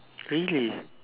really